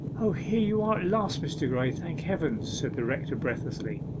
o, here you are at last, mr. graye, thank heaven said the rector breathlessly.